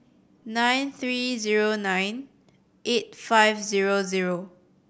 nine three zero nine eight five zero zero